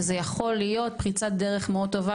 וזה יכול להיות פריצת דרך מאוד טובה